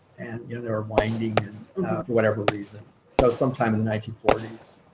you know they were winding for whatever reason. so sometime in the nineteen forty s,